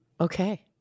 Okay